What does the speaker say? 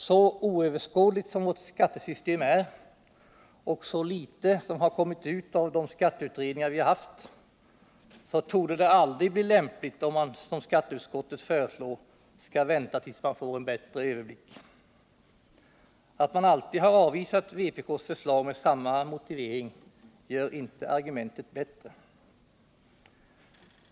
Så oöverskådligt som vårt skattesystem är och så litet som har kommit ut av de skatteutredningar vi haft torde det aldrig bli lämpligt om man, som skatteutskottet föreslår, skall vänta tills man får en bättre överblick. Att man alltid har avvisat vpk:s förslag med samma motivering gör inte argumentet bättre.